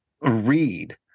read